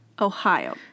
Ohio